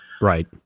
Right